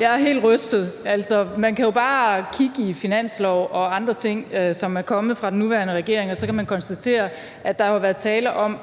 Jeg er helt rystet. Altså, man kan jo bare kigge i finansloven og andre ting, som er kommet fra den nuværende regering, og så kan man konstatere, at der jo har været tale om